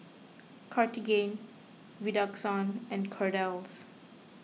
Cartigain Redoxon and Kordel's